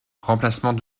remplacement